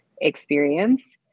experience